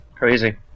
Crazy